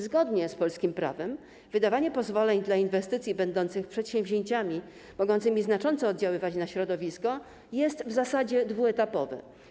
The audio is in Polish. Zgodnie z polskim prawem wydawanie pozwoleń dla inwestycji będących przedsięwzięciami mogącymi znacząco oddziaływać na środowisko jest w zasadzie dwuetapowe.